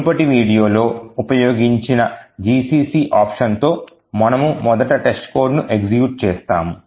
మునుపటి వీడియో లో ఉపయోగించిన gcc ఆప్షన్స్ తో మనము మొదట testcodeను ఎగ్జిక్యూట్ చేస్తాము